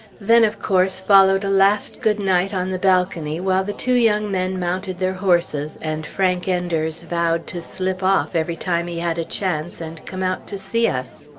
then, of course, followed a last good-night on the balcony, while the two young men mounted their horses and frank enders vowed to slip off every time he had a chance and come out to see us.